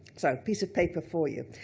so, a piece of paper for you.